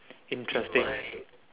interesting